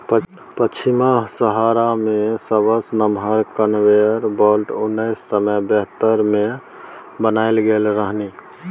पछिमाहा सहारा मे सबसँ नमहर कन्वेयर बेल्ट उन्नैस सय बहत्तर मे बनाएल गेल रहनि